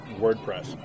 WordPress